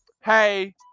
Hey